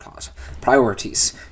priorities